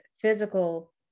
physical